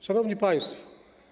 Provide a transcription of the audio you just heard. Szanowni Państwo!